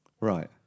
Right